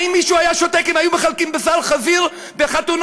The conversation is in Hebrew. האם מישהו היה שותק אם היו מחלקים בשר חזיר בחתונות?